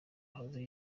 yahoze